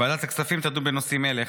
ועדת החוץ והביטחון תדון בנושאים אלה: